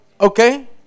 Okay